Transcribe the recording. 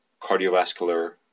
cardiovascular